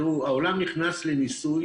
העולם נכנס לניסוי,